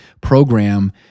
program